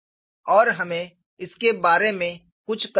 और हमें इसके बारे में कुछ करना होगा